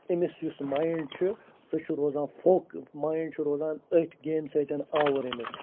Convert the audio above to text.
أمِس یُس مایِنٛڈ چھُ سُہ چھِ روزان فو مایِنٛڈ چھِ روزان أتھۍ گیمہِ سۭتۍ آوُر أمِس